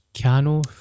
cano